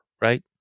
right